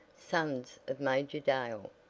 sons of major dale,